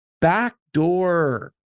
backdoor